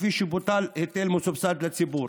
כפי שבוטל היטל מסובסד לציבור.